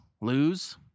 lose